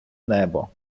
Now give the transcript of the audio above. небо